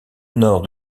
nord